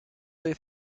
they